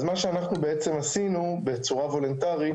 אז מה שאנחנו בעצם עשינו בצורה וולונטרית,